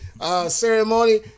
Ceremony